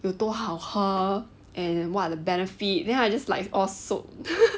有多好喝 and what are the benefit then I just like all sold